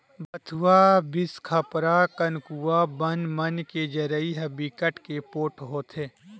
भथुवा, बिसखपरा, कनकुआ बन मन के जरई ह बिकट के पोठ होथे